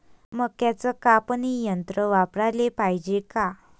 मक्क्याचं कापनी यंत्र वापराले पायजे का?